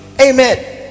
amen